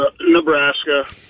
Nebraska